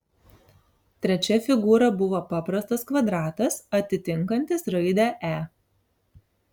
trečia figūra buvo paprastas kvadratas atitinkantis raidę e